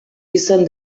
izen